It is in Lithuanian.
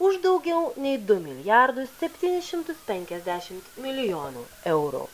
už daugiau nei du milijardus septynis šimtus penkiasdešimt milijonų eurų